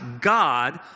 God